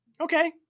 Okay